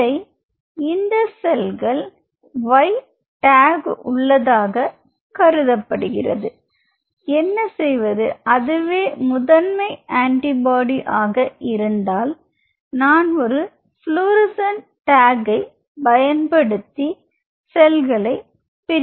இதை இந்த செல்கள் Y டேக் உள்ளதாக கருதப்படுகிறது என்ன செய்வது அதுவே முதன்மை ஆன்டிபாடி ஆக இருந்தால் நான் ஒரு பிளோரஸ்ஸ்ண்ட் டேக் அதை பயன்படுத்தி செல்களை பிரிக்கலாம்